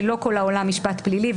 המשפטית שלא כל העולם משפט פלילי,